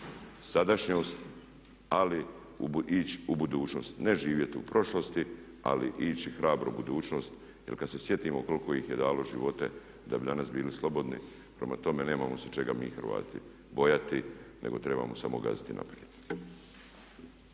sadašnjost ali ići u budućnost. Ne živjeti u prošlosti ali ići hrabro u budućnost. Jer kad se sjetimo koliko ih je dalo živote da bi danas bili slobodni, prema tome nemamo se čega mi Hrvati bojati nego trebamo samo gaziti naprijed.